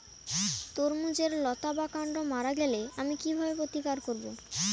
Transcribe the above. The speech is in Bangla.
তরমুজের লতা বা কান্ড মারা গেলে আমি কীভাবে প্রতিকার করব?